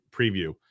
preview